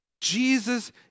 Jesus